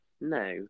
No